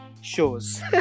shows